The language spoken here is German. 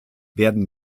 werden